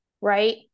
right